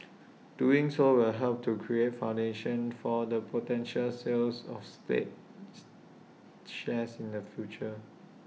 doing so will help create A foundation for the potential sales of states shares in the future